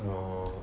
err